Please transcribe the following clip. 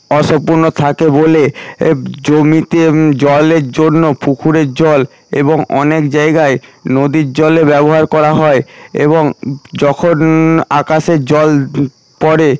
অসম্পূর্ণ থাকে বলে এ জমিতে জলের জন্য পুকুরের জল এবং অনেক জায়গায় নদীর জলও ব্যবহার করা হয় এবং যখন আকাশের জল পড়ে